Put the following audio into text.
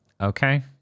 Okay